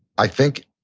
i think,